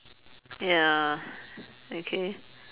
ya okay